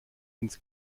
ins